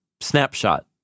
snapshot